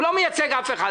הוא לא מייצג אף אחד.